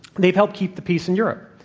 they've helped keep the peace in europe.